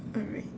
alright